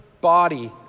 body